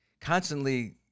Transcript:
constantly